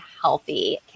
healthy